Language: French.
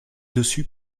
dessus